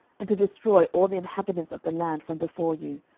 and to destroy all the inhabitants of the land from before you,